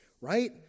right